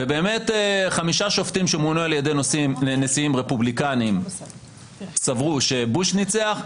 ובאמת חמישה שופטים שמונו על ידי נשיאים רפובליקנים סברו שבוש ניצח,